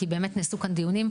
כי באמת נעשו כאן דיונים,